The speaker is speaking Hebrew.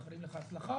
מאחלים לך הצלחה,